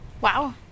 Wow